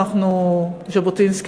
ז'בוטינסקי,